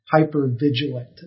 hyper-vigilant